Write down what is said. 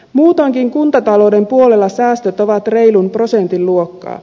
muutoinkin kuntatalouden puolella säästöt ovat reilun prosentin luokkaa